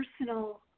personal